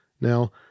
Now